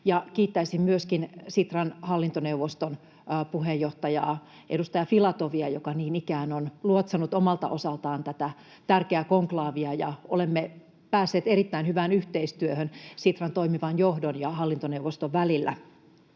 Kiittäisin myöskin Sitran hallintoneuvoston puheenjohtajaa, edustaja Filatovia, joka niin ikään on luotsannut omalta osaltaan tätä tärkeää konklaavia. Olemme päässeet erittäin hyvään yhteistyöhön Sitran toimivan johdon ja hallintoneuvoston välillä.